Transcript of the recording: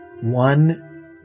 one